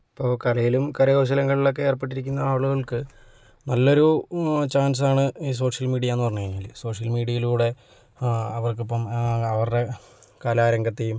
ഇപ്പോൾ കലയിലും കരകൗശലങ്ങളിലും ഒക്കെ ഏർപ്പെട്ടിരിക്കുന്ന ആളുകൾക്ക് നല്ലൊരു ചാൻസാണ് ഈ സോഷ്യൽ മീഡിയ എന്നു പറഞ്ഞു കഴിഞ്ഞാൽ സോഷ്യൽ മീഡിയയിലൂടെ അവർക്കിപ്പം അവരുടെ കലാരംഗത്തെയും